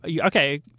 Okay